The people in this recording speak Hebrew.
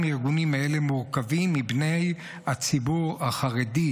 ארגונים אלה מורכבים מבני הציבור החרדי,